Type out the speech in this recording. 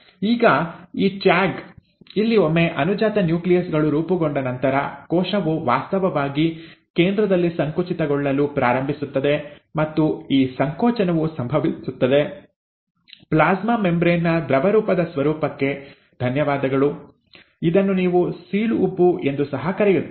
ಈಗ ಈ ಟ್ಯಾಗ್ ಇಲ್ಲಿ ಒಮ್ಮೆ ಅನುಜಾತ ನ್ಯೂಕ್ಲಿಯಸ್ ಗಳು ರೂಪುಗೊಂಡ ನಂತರ ಕೋಶವು ವಾಸ್ತವವಾಗಿ ಕೇಂದ್ರದಲ್ಲಿ ಸಂಕುಚಿತಗೊಳ್ಳಲು ಪ್ರಾರಂಭಿಸುತ್ತದೆ ಮತ್ತು ಈ ಸಂಕೋಚನವು ಸಂಭವಿಸುತ್ತದೆ ಪ್ಲಾಸ್ಮಾ ಮೆಂಬರೇನ್ ನ ದ್ರವರೂಪದ ಸ್ವರೂಪಕ್ಕೆ ಧನ್ಯವಾದಗಳು ಇದನ್ನು ನೀವು ಸೀಳು ಉಬ್ಬು ಎಂದೂ ಸಹ ಕರೆಯುತ್ತೀರಿ